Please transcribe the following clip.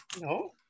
No